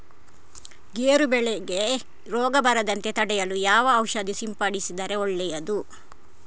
ಗೇರು ಬೆಳೆಗೆ ರೋಗ ಬರದಂತೆ ತಡೆಯಲು ಯಾವ ಔಷಧಿ ಸಿಂಪಡಿಸಿದರೆ ಒಳ್ಳೆಯದು?